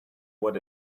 what